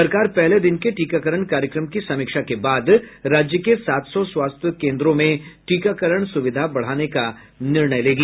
सरकार पहले दिन के टीकाकरण कार्यक्रम की समीक्षा के बाद राज्य के सात सौ स्वास्थ्य केन्द्रों में टीकाकरण स्विधा बढ़ाने का निर्णय लेगी